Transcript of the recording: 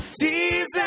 Jesus